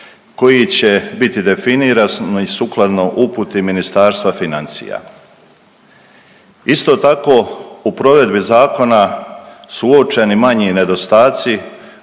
koji će biti definirani sukladno uputi Ministarstva financija. Isto tako u provedbi zakona su uočeni manji nedostaci